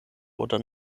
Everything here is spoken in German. oder